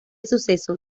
suceso